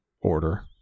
order